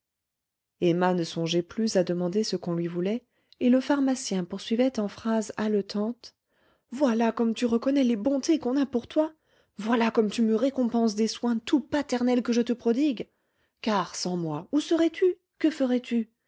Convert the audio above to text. emma ne songeait plus à demander ce qu'on lui voulait et le pharmacien poursuivait en phrases haletantes voilà comme tu reconnais les bontés qu'on a pour toi voilà comme tu me récompenses des soins tout paternels que je te prodigue car sans moi où serais-tu que ferais-tu